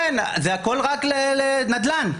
זה הכול רק לשוק נדל"ן.